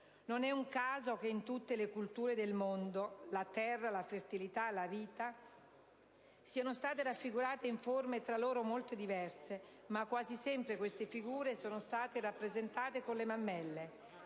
Non è un caso che in tutte le culture del mondo la terra, la fertilità, la vita siano state raffigurate in forme tra loro molto diverse, ma quasi sempre queste figure sono state rappresentate con le mammelle: